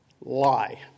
lie